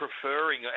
preferring